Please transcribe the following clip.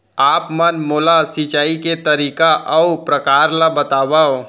आप मन मोला सिंचाई के तरीका अऊ प्रकार ल बतावव?